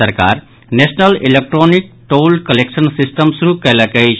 सरकार national electronic toll collection system शुरू कयलक अछि